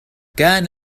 كان